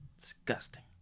Disgusting